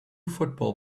football